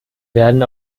werden